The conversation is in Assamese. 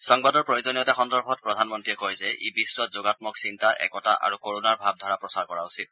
সংবাদৰ প্ৰয়োজনীয়তা সন্দৰ্ভত প্ৰধানমন্ত্ৰীয়ে কয় যে ই বিগ্নত যোগাম্মক চিন্তা একতা আৰু কৰুণাৰ ভাৱধাৰা প্ৰচাৰ কৰা উচিত